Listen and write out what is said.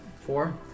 Four